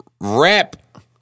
rap